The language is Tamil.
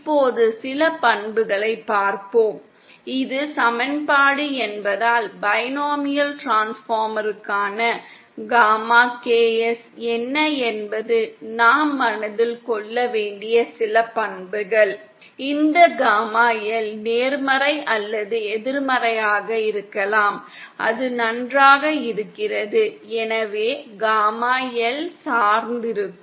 இப்போது சில பண்புகளை பார்ப்போம் இது சமன்பாடு என்பதால் பைனோமியல் டிரான்ஸ்பார்மருக்கான காமா KS என்ன என்பது நாம் மனதில் கொள்ள வேண்டிய சில பண்புகள் இந்த காமா L நேர்மறை அல்லது எதிர்மறையாக இருக்கலாம் அது நன்றாக இருக்கிறது எனவே காமா L சார்ந்து இருக்கும்